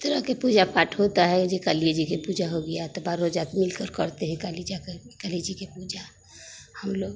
थोड़ा के पूजा पाठ होता है जे का लिही जहे पूजा हो गिया तो बारहों जात मिलकर करते हैं काली जाकर काली जी की पूजा हम लोग